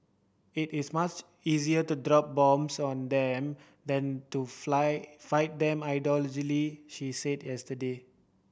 it is much easier to drop bombs on them than to fly fight them ideologically she said yesterday